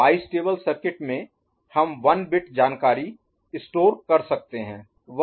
इसलिए bistable circuit में हम 1 बिट जानकारी स्टोर Store संग्रहीत कर सकते हैं